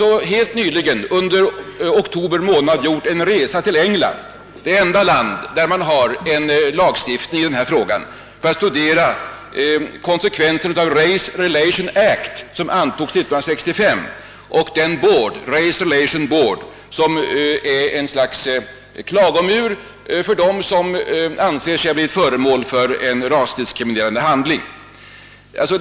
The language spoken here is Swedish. Vi har också under oktober månad företagit en resa till England, det enda land där man har en lagstiftning i denna fråga, för att studera konsekvenserna av »Race Relations Act», som antogs 1965 samt den board, »Race Relations Board», som är ett slags klagomur för dem som anser sig ha blivit föremål för en rasdiskriminerande handling.